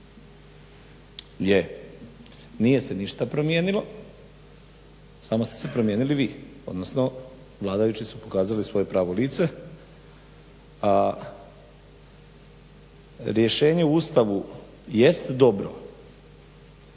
nije se ništa promijenilo, samo ste se promijenili vi, odnosno vladajući su pokazali svoje pravo lice, a rješenje u Ustavu jest dobro